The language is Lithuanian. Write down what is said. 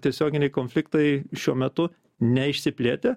tiesioginiai konfliktai šiuo metu neišsiplėtę